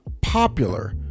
popular